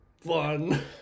fun